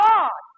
God